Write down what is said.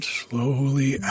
slowly